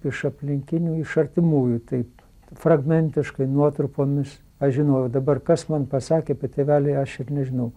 iš aplinkinių iš artimųjų taip fragmentiškai nuotrupomis aš žinojau dabar kas man pasakė kad tėveli aš ir nežinau